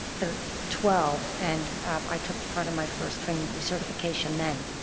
twelve, and i took part of my first training recertification then.